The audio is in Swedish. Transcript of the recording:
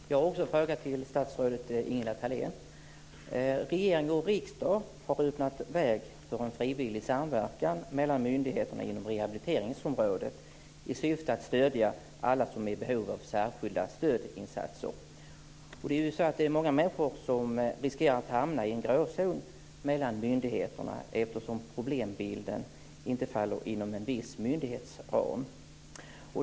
Fru talman! Också jag har en fråga till statsrådet Ingela Thalén. Regering och riksdag har öppnat väg för en frivillig samverkan mellan myndigheterna på rehabiliteringsområdet i syfte att stödja alla som är i behov av särskilda stödinsatser. Många människor riskerar att hamna i en gråzon mellan myndigheterna eftersom problembilden inte faller inom en viss myndighets ram.